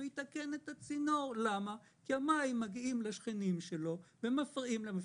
הוא יתקן את הצינור כי המים מגיעים לשכנים שלו ומפריעים להם.